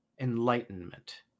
enlightenment